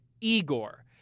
Igor